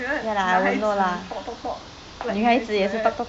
later they 男孩子 talk talk talk like 女孩子 like that